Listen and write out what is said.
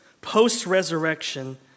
post-resurrection